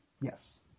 yes